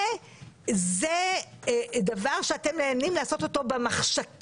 זה דבר שאתם נהנים לעשות אותו במחשכים,